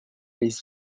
les